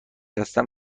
هستن